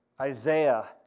Isaiah